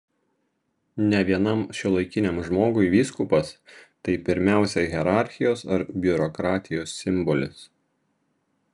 ne vienam šiuolaikiniam žmogui vyskupas tai pirmiausia hierarchijos ar biurokratijos simbolis